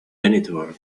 janitor